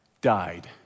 died